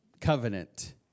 covenant